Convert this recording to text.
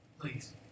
Please